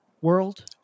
world